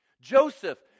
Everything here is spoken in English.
Joseph